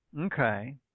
Okay